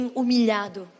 humilhado